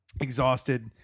exhausted